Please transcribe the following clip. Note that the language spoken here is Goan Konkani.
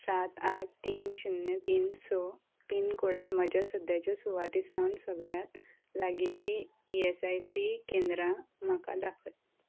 सात आठ तीन शुन्य तीन स पिनकोडांत म्हज्या सद्याच्या सुवाते सावन सगळ्यांत लागींची ई एस आय सी केंद्रां म्हाका दाखय